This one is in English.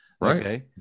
Right